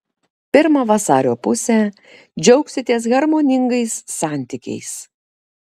pirmą vasario pusę džiaugsitės harmoningais santykiais